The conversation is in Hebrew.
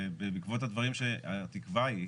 והתקווה היא,